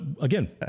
again